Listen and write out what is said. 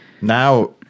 now